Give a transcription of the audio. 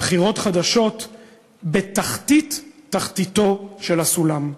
בחירות חדשות בתחתית תחתיתו של הסולם.